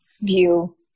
view